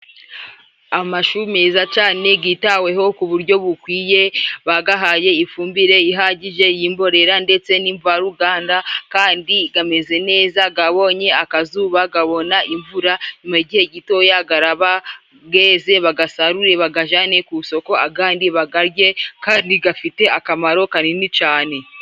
Amashu meza cane yitaweho ku buryo bukwiye, bagahaye ifumbire ihagije y'imborera ndetse n'imvaruganda, kandi gameze neza, gabonye akazuba, gabona imvura, mu gihe gitoya garaba geze bagasarure, bagajane ku soko, agadi bagarye, kandi gafite akamaro kanini cane.